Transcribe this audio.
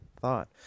thought